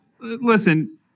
Listen